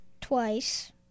Twice